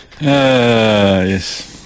yes